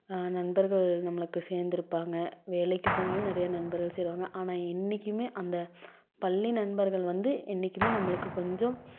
நண்பர்கள் நம்மளுக்கு சேர்ந்துருப்பாங்க வேலைக்கு போனாலும் நிறையா நண்பர்கள் சேருவாங்க ஆனால் என்றைக்குமே அந்த பள்ளி நண்பர்கள் வந்து என்றைக்குமே நம்மளுக்கு கொஞ்சம்